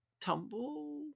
tumble